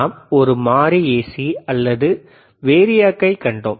நாம் ஒரு மாறி ஏசி அல்லது வேரியாக்கை கண்டோம்